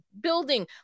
building